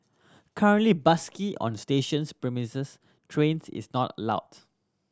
currently busking on stations premises trains is not allowed